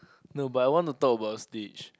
no but I want to talk about Stitch